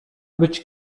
być